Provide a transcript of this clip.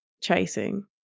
chasing